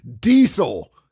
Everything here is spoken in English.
Diesel